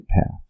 path